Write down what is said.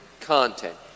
content